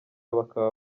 bakaba